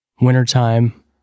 wintertime